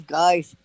guys